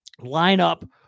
lineup